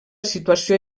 situació